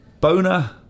Bona